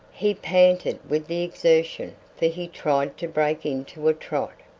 he panted with the exertion, for he tried to break into a trot.